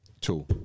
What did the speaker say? Two